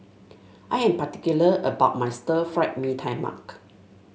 I am particular about my Stir Fry Mee Tai Mak